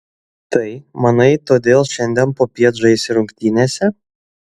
tai manai todėl šiandien popiet žaisi rungtynėse